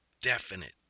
definite